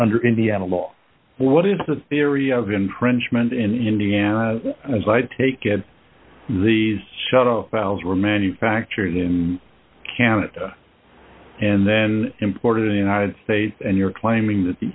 under indiana law or what is the theory of infringement in indiana as i take it these shutoff valves were manufactured in canada and then import of the united states and you're claiming that the